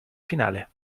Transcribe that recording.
finale